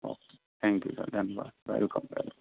okay sir धन्यवाद welcome welcome